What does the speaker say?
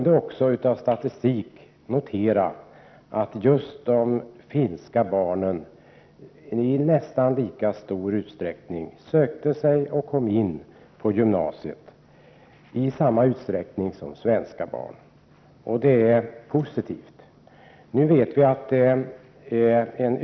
Genom statistiken kunde vi notera att just de finska barnen i nästan lika stor utsträckning sökte till och i samma utsträckning som svenska barn kom in på gymnasiet, och det är positivt.